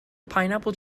pineapple